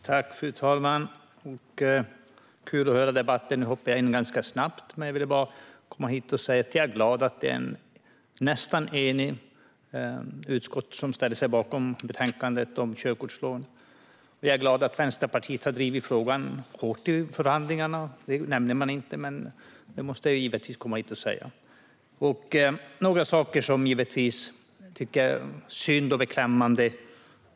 Fru talman! Det är kul att höra debatten! Nu hoppar jag in ganska snabbt, men jag ville bara komma hit och säga att jag är glad att ett nästan enigt utskott ställer sig bakom betänkandet om körkortslån. Jag är glad att Vänsterpartiet har drivit frågan hårt i förhandlingarna. Detta nämnde man inte, men det måste jag givetvis komma hit och säga. Det är några saker som jag tycker är synd och beklämmande.